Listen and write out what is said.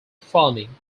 farming